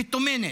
שטומנת.